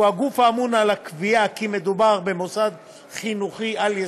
שהוא הגוף האמון על הקביעה כי מדובר במוסד חינוכי על-יסודי,